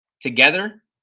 together